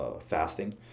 fasting